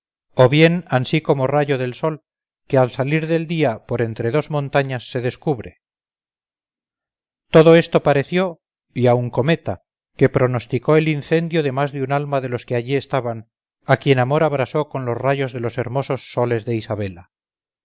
o bien ansí como rayo del sol que al salir del día por entre dos montañas se descubre todo esto pareció y aun cometa que pronosticó el incendio de más de un alma de los que allí estaban a quien amor abrasó con los rayos de los hermosos soles de isabela